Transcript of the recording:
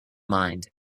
mind